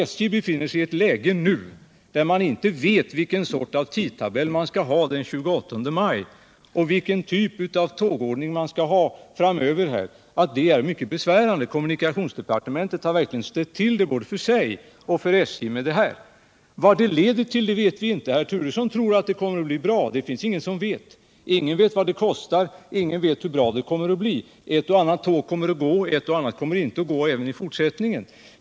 SJ befinner sig nu i ett läge där man inte vet vilken sorts tidtabell man skall ha den 28 maj och vilken typ av tågordning man skall ha framöver. Det är naturligtvis mycket besvärande. Kommunikationsdepartementet har verkligen med det här ställt till det både för sig och för SJ! Vad det leder till vet vi inte. Herr Turesson tror att det kommer att bli bra, men det finns det ingen som vet någonting om. Ingen vet vad det kommer att kosta, och ingen vet heller hur bra det kommer att bli. Ett och annat tåg kommer att gå även i fortsättningen, och ett och annat tåg kommer inte att gå.